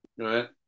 Right